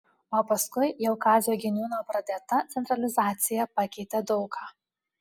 o paskui jau kazio giniūno pradėta centralizacija pakeitė daug ką